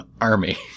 army